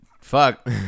fuck